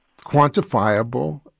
quantifiable